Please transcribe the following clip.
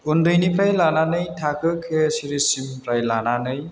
उन्दैनिफ्राय लानानै थाखो केसिरिसिमफ्राय लानानै